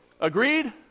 Agreed